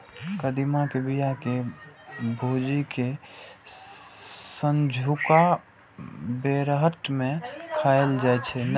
कदीमा के बिया कें भूजि कें संझुका बेरहट मे खाएल जाइ छै